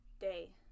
day